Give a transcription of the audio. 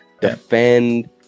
defend